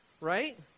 Right